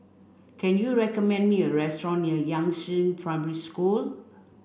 can you recommend me a restaurant near Yangzheng Primary School